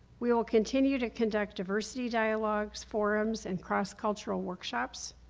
we will continue to conduct diversity dialogues, forums, and cross-cultural workshops.